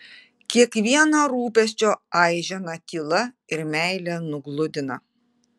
kiekvieną rūpesčio aiženą tyla ir meile nugludina